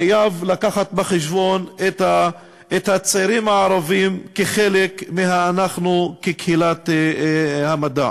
חייב לקחת בחשבון את הצעירים הערבים כחלק מה"אנחנו" כקהילת המדע.